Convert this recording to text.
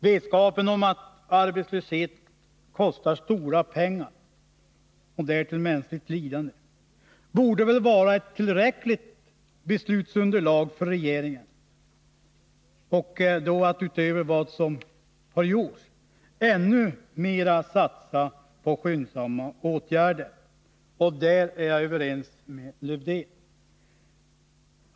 Vetskapen om att arbetslöshet kostar stora pengar, och därtill mänskligt lidande, borde vara ett tillräckligt beslutsunderlag för regeringen för att, utöver vad som har gjorts, satsa ännu mer på skyndsamma åtgärder. På den punkten är jag överens med Lars-Erik Lövdén.